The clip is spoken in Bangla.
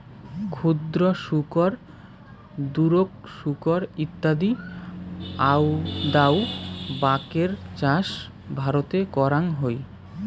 ক্ষুদ্র শুকর, দুরোক শুকর ইত্যাদি আউদাউ বাকের চাষ ভারতে করাং হই